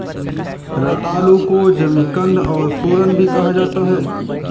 रतालू को जमीकंद और सूरन भी कहा जाता है